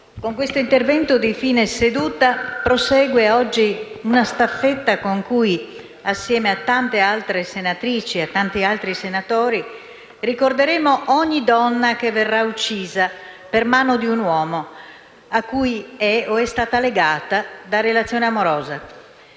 con questo intervento di fine seduta prosegue, oggi, una staffetta con cui, assieme a tante altre senatrici e a tanti altri senatori, ricorderemo ogni donna che verrà uccisa per mano di un uomo, a cui è o è stata legata da relazione amorosa.